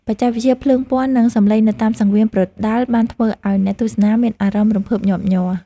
បច្ចេកវិទ្យាភ្លើងពណ៌និងសំឡេងនៅតាមសង្វៀនប្រដាល់បានធ្វើឱ្យអ្នកទស្សនាមានអារម្មណ៍រំភើបញាប់ញ័រ។